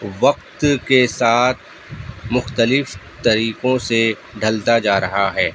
وقت کے ساتھ مختلف طریقوں سے ڈھلتا جا رہا ہے